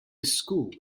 school